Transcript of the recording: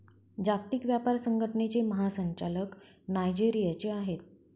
जागतिक व्यापार संघटनेचे महासंचालक नायजेरियाचे आहेत